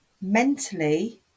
mentally